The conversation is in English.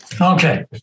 Okay